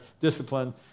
discipline